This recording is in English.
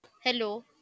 Hello